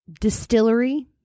Distillery